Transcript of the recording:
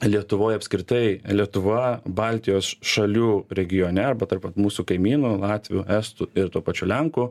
lietuvoj apskritai lietuva baltijos šalių regione arba tarp vat mūsų kaimynų latvių estų ir tuo pačiu lenkų